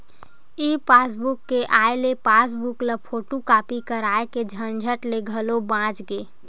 ई passbook के आए ले पासबूक ल फोटूकापी कराए के झंझट ले घलो बाच गे